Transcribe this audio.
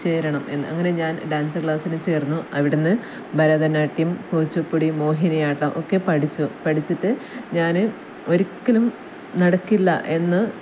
ചേരണം എന്ന് അങ്ങനെ ഞാൻ ഡാൻസ് ക്ലാസിന് ചേർന്നു അവിടുന്ന് ഭരതനാട്യം കുച്ചുപ്പുടി മോഹിനിയാട്ടം ഒക്കെ പഠിച്ചു പഠിച്ചിട്ട് ഞാൻ ഒരിക്കലും നടക്കില്ല എന്ന്